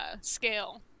scale